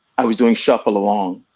i was doing shuffle along